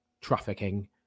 trafficking